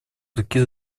такие